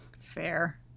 fair